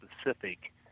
specific